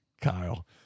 Kyle